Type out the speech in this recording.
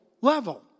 level